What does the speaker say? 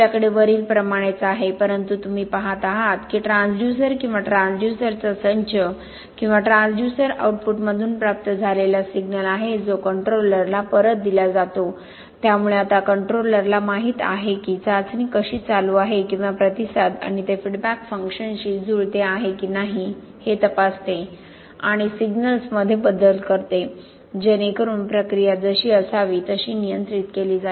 आपल्याकडे वरील प्रमाणेच आहे परंतु तुम्ही पहात आहात की ट्रान्सड्यूसर किंवा ट्रान्सड्यूसरचा संच किंवा ट्रान्सड्यूसर आउटपुटमधून प्राप्त झालेला सिग्नल आहे जो कंट्रोलरला परत दिला जातो त्यामुळे आता कंट्रोलरला माहित आहे की चाचणी कशी चालू आहे किंवा प्रतिसाद आणि ते फीडबॅक फंक्शनशी जुळत आहे की नाही हे तपासते आणि सिग्नल्समध्ये बदल करते जेणेकरून प्रक्रिया जशी असावी तशी नियंत्रित केली जाईल